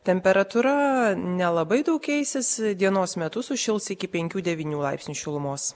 temperatūra nelabai keisis dienos metu sušils iki penkių devynių laipsnių šilumos